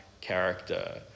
character